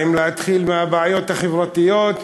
האם להתחיל מהבעיות החברתיות,